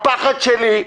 הפחד שלי,